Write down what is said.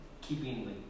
keeping